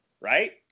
right